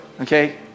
okay